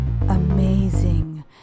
amazing